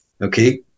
Okay